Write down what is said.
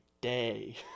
day